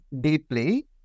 deeply